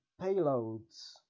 payloads